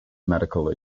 medical